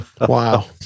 Wow